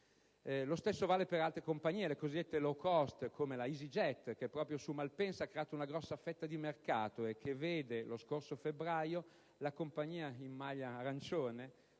Lo stesso vale per le altre compagnie, le cosiddette *low cost*, come la EasyJet che proprio su Malpensa ha creato una grossa fetta di mercato e che vede, lo scorso febbraio, la compagnia in maglia arancione